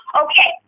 okay